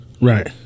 Right